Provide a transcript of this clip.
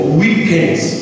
weekends